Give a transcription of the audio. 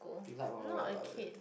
you like Wild Wild Wet lah is it